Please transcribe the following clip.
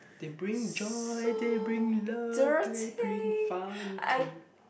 they bring joy they bring love they bring fun too